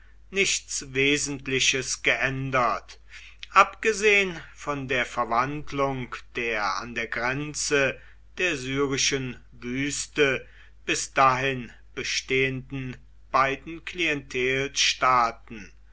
nichts wesentliches geändert abgesehen von der verwandlung der an der grenze der syrischen wüste bis dahin bestehenden beiden